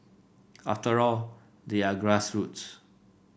after all they are grassroots